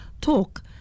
talk